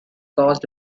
caused